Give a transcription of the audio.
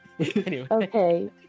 Okay